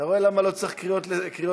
אתה רואה למה לא צריך קריאות ביניים?